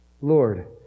Lord